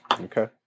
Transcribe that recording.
Okay